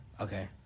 okay